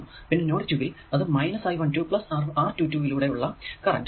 പിന്നെ നോഡ് 2 ൽ അത് മൈനസ് I 12 പ്ലസ് R 22 യിലൂടെ ഉള്ള കറന്റ്